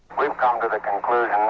we've come to the conclusion